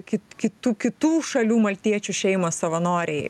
kit kitų kitų šalių maltiečių šeimos savanoriai